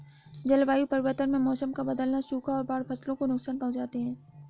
जलवायु परिवर्तन में मौसम का बदलना, सूखा और बाढ़ फसलों को नुकसान पहुँचाते है